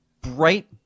bright